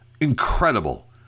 Incredible